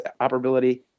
operability